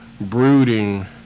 brooding